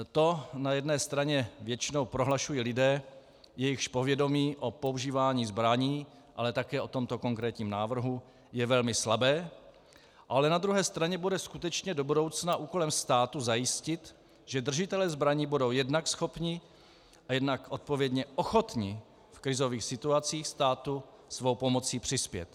To na jedné straně většinou prohlašují lidé, jejichž povědomí o používání zbraní, ale také o tomto konkrétním návrhu je velmi slabé, ale na druhé straně bude skutečně do budoucna úkolem státu zajistit, že držitelé zbraní budou jednak schopni a jednak odpovědně ochotni v krizových situacích státu svou pomocí přispět.